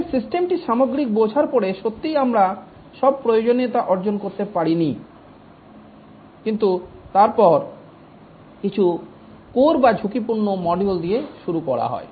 এখানে সিস্টেমটি সামগ্রিক বোঝার পরে সত্যিই আমরা সব প্রয়োজনীয়তা অর্জন করতে পারিনি কিন্তু তারপর কিছু কোর বা ঝুঁকিপূর্ণ মডিউল দিয়ে শুরু করা হয়